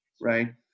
right